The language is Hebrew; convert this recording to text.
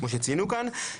כמו שציינו כאן,